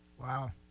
Wow